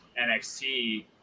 NXT